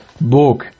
book